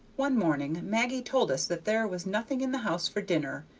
one morning maggie told us that there was nothing in the house for dinner,